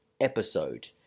episode